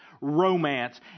romance